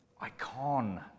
icon